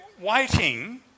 waiting